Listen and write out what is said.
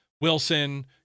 Wilson